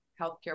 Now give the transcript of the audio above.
healthcare